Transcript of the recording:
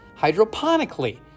hydroponically